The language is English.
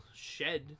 shed